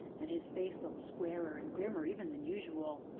and his face looked squarer and grimmer even than usual.